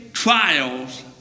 trials